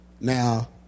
Now